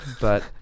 but-